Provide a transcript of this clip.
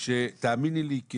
שתאמיני לי,